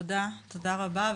תודה רבה.